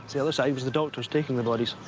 the other side was the doctors taking the bodies.